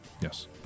Yes